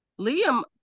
Liam